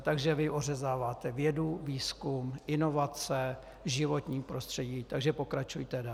Takže vy ořezáváte vědu, výzkum, inovace, životní prostředí, takže pokračujte dál.